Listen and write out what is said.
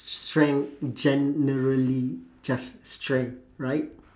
strength generally just strength right